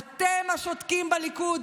אתם השותקים בליכוד,